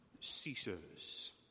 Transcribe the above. ceases